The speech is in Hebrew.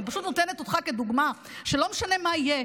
אני פשוט נותנת אותך כדוגמה שלא משנה מה יהיה,